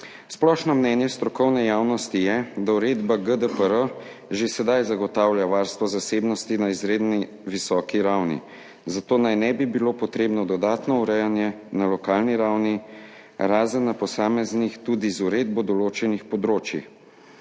Splošno mnenje strokovne javnosti je, da uredba GDPR že sedaj zagotavlja varstvo zasebnosti na izredno visoki ravni, zato naj ne bi bilo potrebno dodatno urejanje na lokalni ravni, razen na posameznih tudi z uredbo določenih področjih.